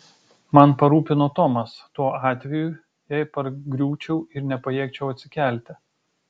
man parūpino tomas tuo atveju jei pargriūčiau ir nepajėgčiau atsikelti